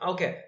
Okay